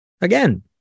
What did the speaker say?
again